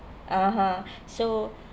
(uh huh) so